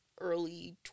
early